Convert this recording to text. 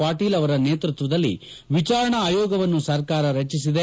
ಪಾಟೀಲ್ ಅವರ ನೇತ್ವತ್ತದಲ್ಲಿ ವಿಚಾರಣಾ ಆಯೋಗವನ್ನು ಸರ್ಕಾರ ರಚಿಸಿದೆ